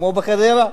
כמו בחדרה.